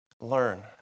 Learn